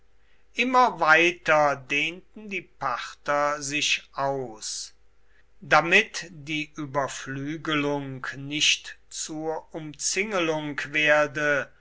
immer weiter dehnten die parther sich aus damit die überflügelung nicht zur umzingelung werde